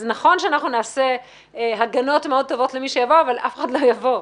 אז נכון שאנחנו נעשה הגנות מאוד טובות למי שיבוא אבל אף אחד לא יבוא.